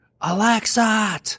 Alexa